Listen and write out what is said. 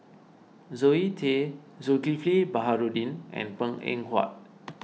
Zoe Tay Zulkifli Baharudin and Png Eng Huat